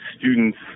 students